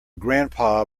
grandpa